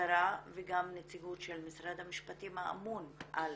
המשטרה וגם נציגות של משרד המשפטים האמון על